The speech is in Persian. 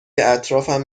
اطرافم